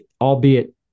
albeit